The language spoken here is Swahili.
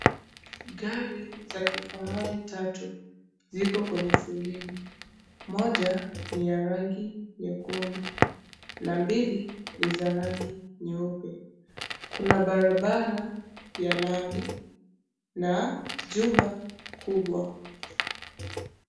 Gari za kifahari tatu ziko kwenye foleni, moja ni ya rangi nyekundu na mbili ni za rangi nyeupe, kuna barabara ya lami na chumba kubwa.